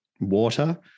water